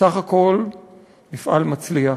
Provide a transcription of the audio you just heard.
בסך הכול מפעל מצליח,